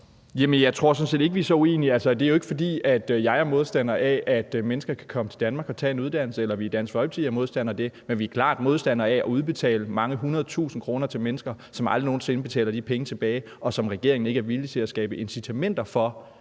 set ikke, vi er så uenige. Altså, det er jo ikke sådan, at jeg er modstander af, at mennesker kan komme til Danmark og tage en uddannelse, eller at vi i Dansk Folkeparti er modstandere af det, men vi er klart modstandere af at udbetale mange hundrede tusinde kroner til mennesker, som aldrig nogen sinde betaler de penge tilbage, og at regeringen ikke er villig til at skabe incitamenter til,